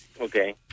Okay